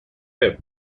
him